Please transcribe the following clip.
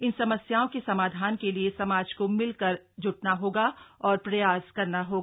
इन समस्याओं के समाधान के लिए समाज को मिलकर जुटना होगा और प्रयास करना होगा